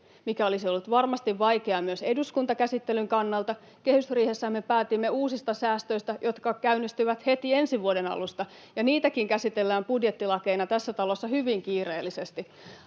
mikä olisi ollut varmasti vaikeaa myös eduskuntakäsittelyn kannalta, mutta kehysriihessähän me päätimme uusista säästöistä, jotka käynnistyvät heti ensi vuoden alusta, ja niitäkin käsitellään budjettilakeina tässä talossa hyvin kiireellisesti.